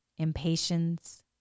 impatience